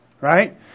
Right